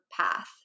path